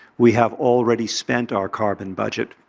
we have already spent our carbon budget.